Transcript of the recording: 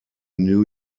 new